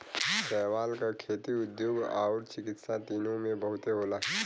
शैवाल क खेती, उद्योग आउर चिकित्सा तीनों में बहुते होला